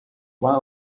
one